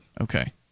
Okay